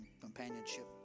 companionship